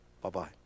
Bye-bye